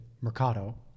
Mercado